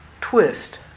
twist